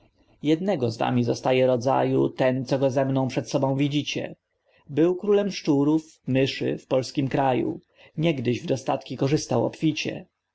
jednego z wami zostaje rodzaju ten co go zemną przed sobą widzicie był królem szczurów myszy w polskim kraju niegdyś w dostatki korzystał obficie